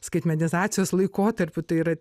skaitmenizacijos laikotarpiu tai yra